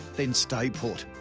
then stay put.